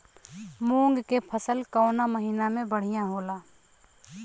मुँग के फसल कउना महिना में बढ़ियां होला?